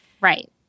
Right